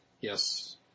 Yes